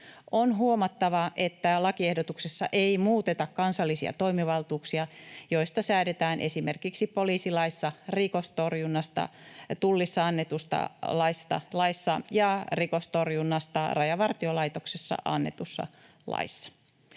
On huomattava, että lakiehdotuksessa ei muuteta kansallisia toimivaltuuksia, joista säädetään esimerkiksi poliisilaissa, rikostorjunnasta Tullissa annetussa laissa ja rikostorjunnasta Rajavartiolaitoksessa annetussa laissa.